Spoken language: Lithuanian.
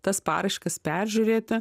tas paraiškas peržiūrėti